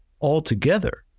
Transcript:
altogether